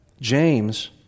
James